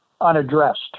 unaddressed